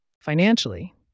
Financially